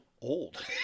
old